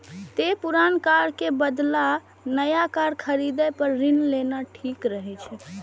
तें पुरान कार के बदला नया कार खरीदै पर ऋण लेना ठीक रहै छै